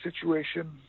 situation